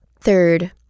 third